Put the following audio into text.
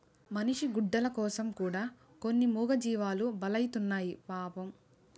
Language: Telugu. మనిషి గుడ్డల కోసం కూడా కొన్ని మూగజీవాలు బలైతున్నాయి పాపం